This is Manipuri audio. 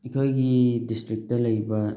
ꯑꯩꯈꯣꯏꯒꯤ ꯗꯤꯁꯇ꯭ꯔꯤꯛꯇ ꯂꯩꯕ